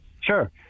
Sure